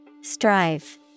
Strive